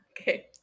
Okay